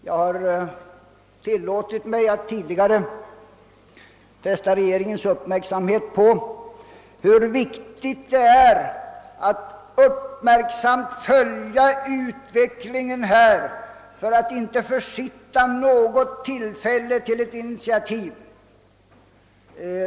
Jag har tidigare tillåtit mig att fästa regeringens uppmärksamhet på hur viktigt det är att uppmärksamt följa utvecklingen för att inte försitta något tillfälle till initiativ.